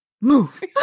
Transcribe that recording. move